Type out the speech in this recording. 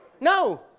No